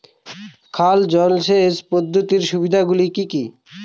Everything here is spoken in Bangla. খাল জলসেচ পদ্ধতির সুবিধাগুলি কি কি?